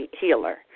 healer